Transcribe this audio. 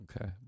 Okay